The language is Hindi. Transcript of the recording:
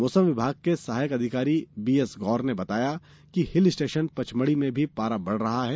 मौसम विभाग के सहायक अधिकारी बीएस गौर ने बताया कि हिल स्टेशन पचमढ़ी में भी पारा बढ़ रहा है